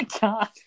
god